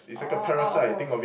orh orh hose